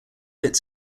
its